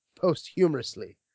posthumously